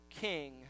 king